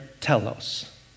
telos